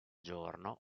giorno